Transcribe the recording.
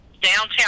downtown